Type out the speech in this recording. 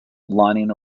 lining